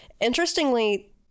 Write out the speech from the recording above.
Interestingly